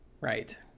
right